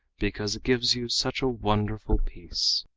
because it gives you such a wonderful peace.